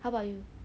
how about you